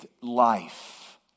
life